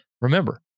Remember